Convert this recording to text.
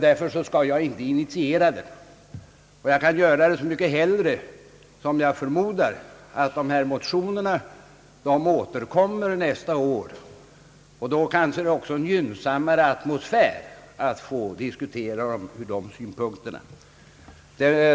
Därför skall jag inte initiera den, särskilt som jag förmodar att dessa motioner återkommer nästa år, då det kanske också är en gynnsammare atmosfär för att diskutera dem ur dessa synpunkter.